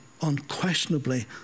unquestionably